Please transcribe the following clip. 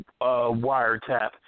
wiretap